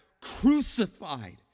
crucified